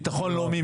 ביטחון לאומי,